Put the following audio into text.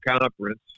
conference